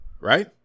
right